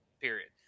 period